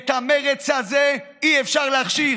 את המרצ הזה אי-אפשר להכשיר.